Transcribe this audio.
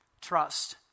Trust